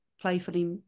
playfully